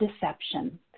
deception